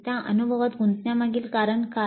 त्या अनुभवात गुंतण्यामागील कारण काय